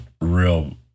real